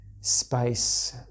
space